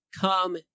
Come